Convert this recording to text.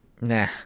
nah